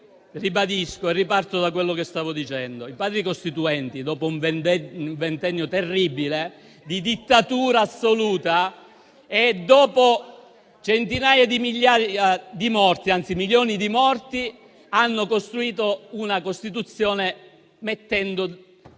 Presidente, riparto da quello che stavo dicendo. I Padri costituenti, dopo un ventennio terribile di dittatura assoluta e dopo milioni di morti, hanno costruito una Costituzione mettendo